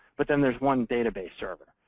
but then there's one database server.